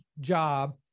job